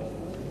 אתה רואה?